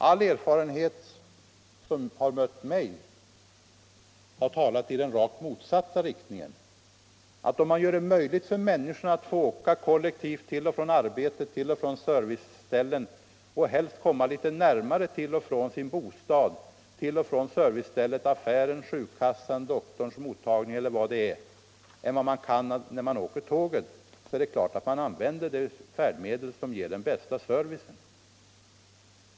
De erfarenheter som jag fått del av har talat i den rakt motsatta riktningen, nämligen att om man gör det möjligt för människorna att åka kollektivt till och från arbetet, till och från olika serviceställen och helst kommalitet närmare resp. slutmål — bostaden, servicestället, affären, sjukkassan, doktorns mottagning eller vad det kan vara — än vad som är möjligt när man åker tåg, är det klart att man använder det färdmedel som ger den bästa servicen.